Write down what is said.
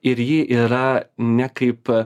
ir ji yra ne kaip